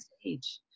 stage